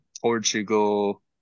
Portugal